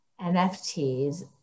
nfts